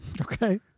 Okay